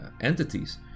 entities